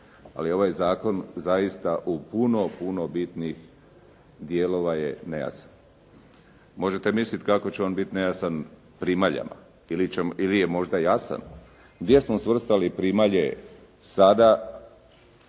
ali ovaj zakon zaista u puno puno bitnijih dijelova je nejasan. Možete misliti kako će on biti nejasan primaljama ili je možda jasan, gdje smo svrstali primalje sada